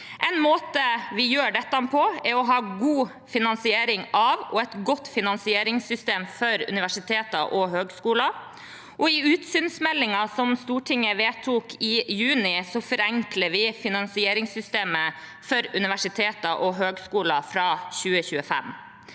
En måte vi gjør dette på, er å ha god finansiering av og et godt finansieringssystem for universiteter og høyskoler. I utsynsmeldingen, som Stortinget vedtok i juni, forenkler vi finansieringssystemet for universiteter og høyskoler fra 2025.